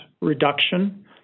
reduction